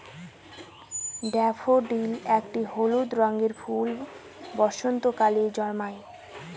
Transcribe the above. daffodil একটি হলুদ রঙের ফুল বসন্তকালে জন্মায়